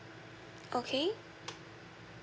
okay